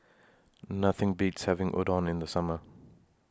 Nothing Beats having Udon in The Summer